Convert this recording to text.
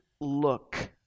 look